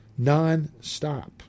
Nonstop